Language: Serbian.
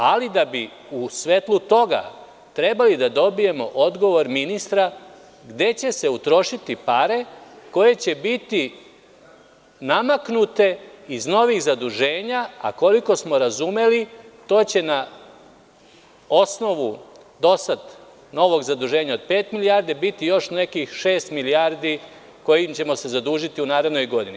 Ali, da bi u svetlu toga trebali da dobijemo odgovor ministra – gde će se utrošiti pare koje će biti namaknute iz novih zaduženja, a koliko smo razumeli to će na osnovu do sad novog zaduženja od 5 milijardi biti još nekih 6 milijardi, kojima ćemo se zadužiti u narednoj godini.